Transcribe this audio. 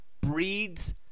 breeds